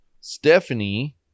Stephanie